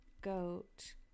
goat